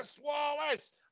Wallace